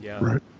right